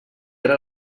era